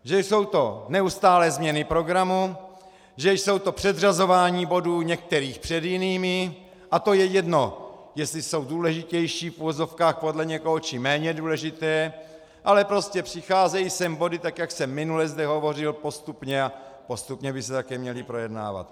Že jsou to neustálé změny programu, že je to předřazování bodů některými před jinými a to je jedno, jestli jsou důležitější v uvozovkách podle někoho, či méně důležité, ale prostě přicházejí sem body tak, jak jsem minule zde hovořil, postupně a postupně by se také měly projednávat.